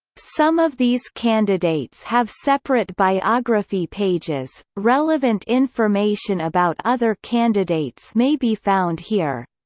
some of these candidates have separate biography pages relevant information about other candidates may be found here.